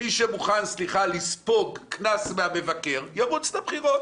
מי שמוכן לספוג קנס מן המבקר ירוץ לבחירות,